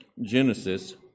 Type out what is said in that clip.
Genesis